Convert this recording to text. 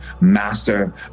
master